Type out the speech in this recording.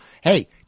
Hey